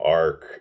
arc